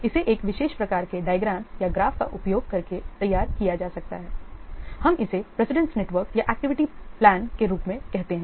इसे एक विशेष प्रकार के डायग्राम या ग्राफ़ का उपयोग करके तैयार किया जा सकता है हम इसे प्रेसिडेंस नेटवर्क या एक्टिविटी प्लान के रूप में कहते हैं